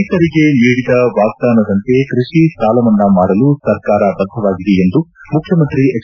ರೈತರಿಗೆ ನೀಡಿದ ವಾಗ್ವಾದಾನದಂತೆ ಕೃಷಿ ಸಾಲ ಮನ್ನಾ ಮಾಡಲು ಸರ್ಕಾರ ಬದ್ಧವಾಗಿದೆ ಎಂದು ಮುಖ್ಯಮಂತ್ರಿ ಎಚ್